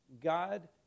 God